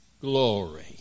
glory